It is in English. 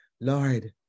Lord